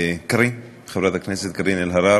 לחברת הכנסת קארין אלהרר.